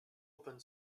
open